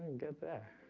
and get that